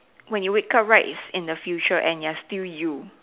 when you wake up right in the future you are still you